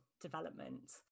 development